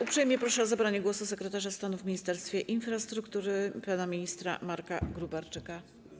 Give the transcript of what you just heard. Uprzejmie proszę o zabranie głosu sekretarza stanu w Ministerstwie Infrastruktury pana ministra Marka Gróbarczyka.